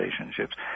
relationships